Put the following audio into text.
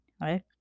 right